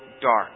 dark